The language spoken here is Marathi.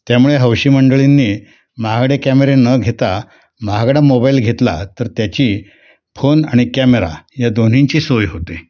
त्यामुळे हौशी मंडळींनी महागडे कॅमेरे न घेता महागडा मोबाईल घेतला तर त्याची फोन आणि कॅमेरा या दोन्हींची सोय होते